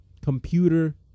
computer